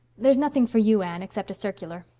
there's nothing for you, anne, except a circular.